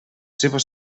seves